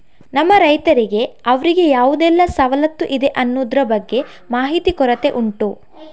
ನಮ್ಮ ರೈತರಿಗೆ ಅವ್ರಿಗೆ ಯಾವುದೆಲ್ಲ ಸವಲತ್ತು ಇದೆ ಅನ್ನುದ್ರ ಬಗ್ಗೆ ಮಾಹಿತಿ ಕೊರತೆ ಉಂಟು